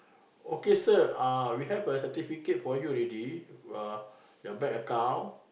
okay sir uh we have a certificate for you already uh your bank account